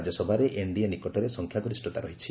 ରାଜ୍ୟସଭାରେ ଏନ୍ଡିଏ ନିକଟରେ ସଂଖ୍ୟାଗରିଷତା ରହିଛି